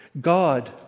God